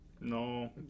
No